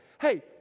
hey